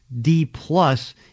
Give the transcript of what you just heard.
D-plus